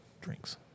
drinks